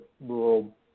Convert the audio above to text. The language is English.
rural